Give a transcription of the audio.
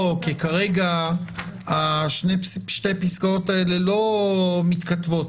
לא, כי כרגע שתי הפסקאות האלה לא מתכתבות.